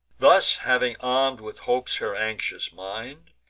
thus having arm'd with hopes her anxious mind,